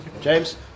James